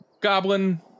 goblin